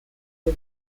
dem